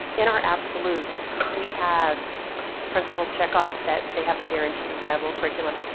in our absolutes, we have principals check off that they have a guaranteed and viable curriculum.